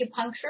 acupuncture